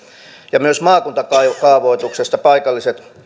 ja myös maakuntakaavoituksessa paikalliset